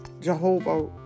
Jehovah